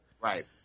right